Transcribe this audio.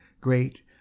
Great